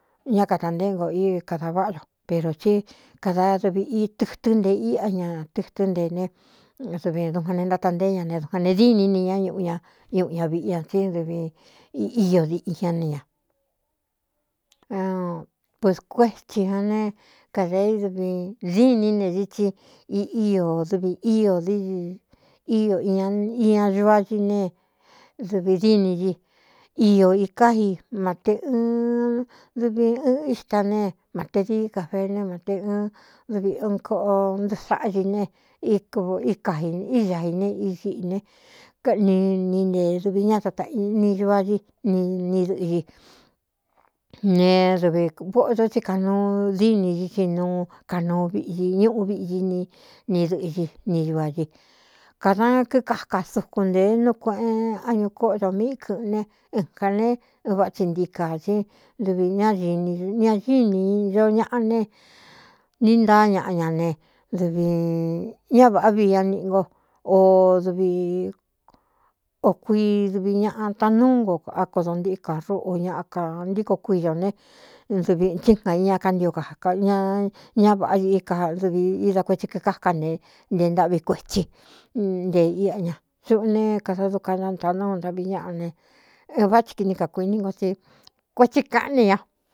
Ná katāntéꞌé ngo i kadā váꞌa do pero tí kada dɨvi itɨtɨ́n ntee íꞌa ña tɨtɨ́n ntee ne dɨvi dujan ne ntáta ntéé ña ne dujan ne dîni ni ñá ñuꞌu ñá ñuꞌu ña viꞌi ña tsí dɨvi ío diꞌi ña ne ña pus kuétsī a ne kade i dɨvi dîní ne dií tsi īío dɨvi íō í ñiña ñuá ñi nee dɨvi díni i iō i káji mate ɨɨn dɨvi ɨɨn íta nee mate dií ka fené mate ɨɨn dɨvi ūn koꞌo ntɨ saꞌñi ne o í kaiíñai ne isiꞌī ne ni ni ntee dɨvi ñá atani ñuá ñí n ni dɨꞌɨ ñi ne dɨvi voꞌo do tsí kaꞌnuu díni ñi tsi nuu kanuu vꞌ ñuꞌu viꞌi ni dɨꞌɨ ñi ni ñua di kāda kíkaka sukun ntēe núu kueꞌen añu kóꞌodo míꞌi kɨ̄ꞌɨn ne ɨnkā ne ɨn vaa tsi ntii kā í dɨvi ñái nña íi nī ñoñaꞌa ne ní ntáá ñaꞌa ña ne dɨvi ñá vāꞌá vi ña niꞌi ngo o dvi ō kuii dɨvi ñaꞌa taꞌanúú nko á kodo ntika rúꞌu ña ka ntíko kuiyō ne dɨvi tsɨ kān iña kántio ka ña ñá vāꞌá i í ka dɨvi ida kuetsi kkáká ne nte ntâꞌvi kuetsi ntee íꞌa ña suꞌu ne kada duka ña ntaa núu ntaꞌvi ñaꞌa ne ɨn vá tsi kini kakuiní ngo tsi kuetsi kaꞌán ne ña.